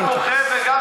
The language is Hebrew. אתה גם בוכה וגם, תודה.